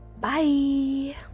Bye